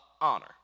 honor